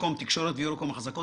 יורוקום תקשורת ויורוקום אחזקות,